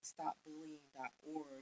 stopbullying.org